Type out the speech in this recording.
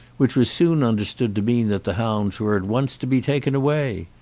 which was soon understood to mean that the hounds were at once to be taken away!